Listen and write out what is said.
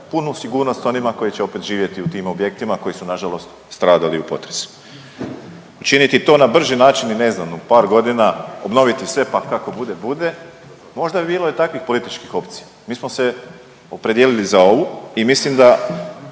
punu sigurnost onima koji će opet živjeti u tim objektima koji su nažalost stradali u potresu. Činiti to na brži način i ne znam u par godina obnoviti sve pa kako bude bude, možda bi bilo i takvih političkih opcija. Mi smo se opredijelili za ovu i mislim da